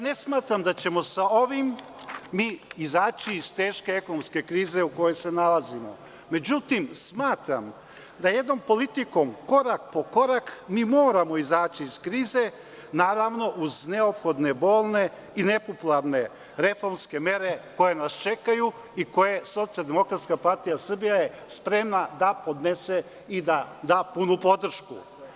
Ne smatram da ćemo sa ovim izaći iz teške ekonomske krize u kojoj se nalazimo, međutim, smatram da jednom politikom, korak po korak, moramo izaći iz krize, naravno, uz neophodne bolne i nepopularne reforme, mere koje nas čekaju i koje je Socijaldemokratska partija Srbije spremna da podnese i da da punu podršku.